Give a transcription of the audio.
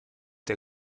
der